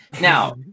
Now